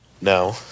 No